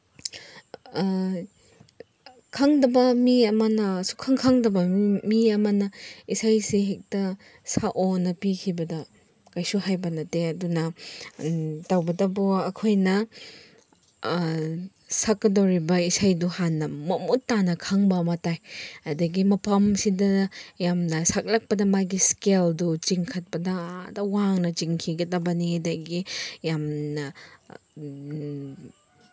ꯈꯪꯗꯕ ꯃꯤ ꯑꯃꯅ ꯁꯨꯡꯈꯪ ꯈꯪꯗꯕ ꯃꯤ ꯑꯃꯅ ꯏꯁꯩꯁꯤ ꯍꯦꯛꯇ ꯁꯛꯑꯣꯅ ꯄꯤꯈꯤꯕꯗ ꯀꯩꯁꯨ ꯍꯩꯕ ꯅꯠꯇꯦ ꯑꯗꯨꯅ ꯇꯧꯕꯗꯁꯨ ꯑꯩꯈꯣꯏꯅ ꯁꯛꯀꯗꯧꯔꯤꯕ ꯏꯁꯩꯗꯨ ꯍꯥꯟꯅ ꯃꯃꯨꯠ ꯇꯥꯅ ꯈꯪꯕ ꯑꯃ ꯇꯥꯏ ꯑꯗꯒꯤ ꯃꯐꯝꯁꯤꯗ ꯌꯥꯝꯅ ꯁꯛꯂꯛꯄꯗ ꯃꯥꯒꯤ ꯏꯁꯀꯦꯜꯗꯨ ꯆꯤꯡꯈꯠꯄꯗ ꯑꯥꯗ ꯋꯥꯡꯅ ꯆꯤꯡꯈꯤꯒꯗꯕꯅꯤ ꯑꯗꯒꯤ ꯌꯥꯝꯅ